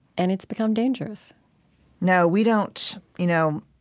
and it's become dangerous no, we don't, you know,